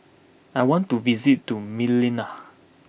I want to visit to Manila